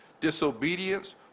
Disobedience